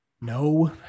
no